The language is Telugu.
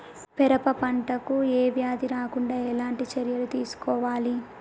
పెరప పంట కు ఏ వ్యాధి రాకుండా ఎలాంటి చర్యలు తీసుకోవాలి?